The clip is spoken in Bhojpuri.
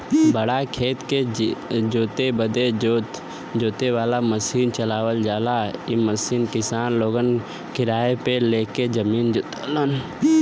बड़ा खेत के जोते बदे जोते वाला मसीन चलावल जाला इ मसीन किसान लोगन किराए पे ले के जमीन जोतलन